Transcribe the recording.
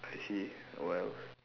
I see wells